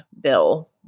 bill